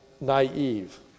naive